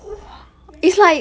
!oof! yes